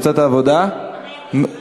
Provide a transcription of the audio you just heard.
קבוצת העבודה,